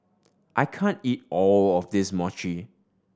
I can't eat all of this Mochi